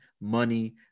money